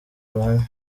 ruhame